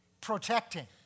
protecting